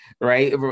right